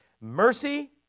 mercy